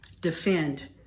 defend